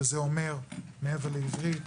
וזה אומר מעבר לעברית,